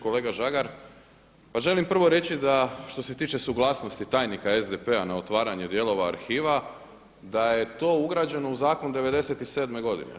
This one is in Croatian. Kolega Žagar, pa želim prvo reći da što se tiče suglasnosti tajnika SDP-a na otvaranje dijelova arhiva, da je to ugrađeno u zakon '97. godine.